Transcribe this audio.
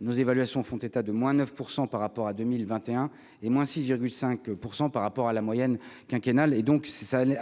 nos évaluations font état de moins 9 % par rapport à 2021 et moins 6,5 pour 100 par rapport à la moyenne quinquennale et donc, si ça ne